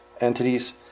entities